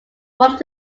formed